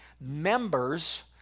members